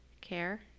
care